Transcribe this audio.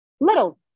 little